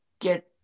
get